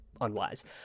unwise